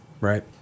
Right